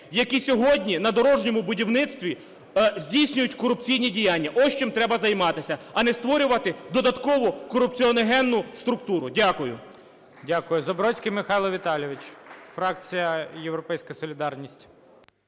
які сьогодні на дорожньому будівництві здійснюють корупційні діяння. Ось чим треба займатися, а не створювати додаткову корупціогенну структуру. Дякую. ГОЛОВУЮЧИЙ. Дякую. Забродський Михайло Віталійович, фракція "Європейська солідарність".